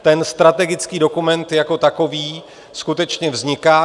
Ten strategický dokument jako takový skutečně vzniká.